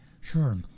Sure